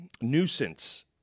nuisance